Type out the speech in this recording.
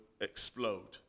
explode